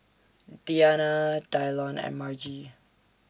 Deana Dylon and Margie